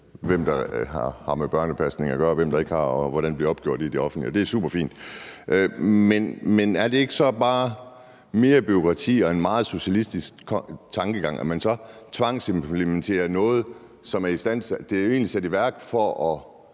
hvem der har med børnepasning at gøre, og hvem der ikke har, og hvordan det bliver opgjort i det offentlige, og det er superfint. Men er det ikke bare mere bureaukrati og en meget socialistisk tankegang, at man så tvangsimplementerer noget, som egentlig blev sat i værk for at